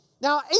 Now